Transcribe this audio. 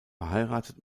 verheiratet